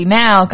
now